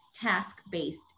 task-based